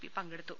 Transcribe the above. P പങ്കെടുത്തു